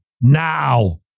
now